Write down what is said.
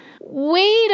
Wait